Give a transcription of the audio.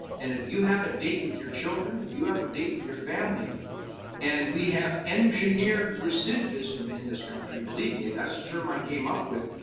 and if you have a date with your children, if you have a date with your family and we have engineered recidivism in this country, believe me, that's a term i came up with,